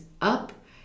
up